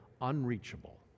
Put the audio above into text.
unreachable